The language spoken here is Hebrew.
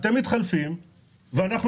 אבל מה שקורה זה שאתם מתחלפים ואנחנו